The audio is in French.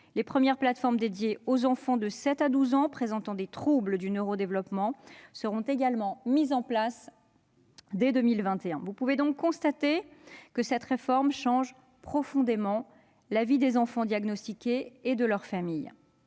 les premières plateformes dédiées aux enfants de 7 ans à 12 ans présentant des troubles du neurodéveloppement seront également mises en place dès 2021. Vous pouvez constater que cette réforme change profondément la vie des enfants diagnostiqués et de leurs familles.